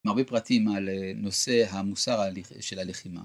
עם הרבה פרטים על נושא המוסר של הלחימה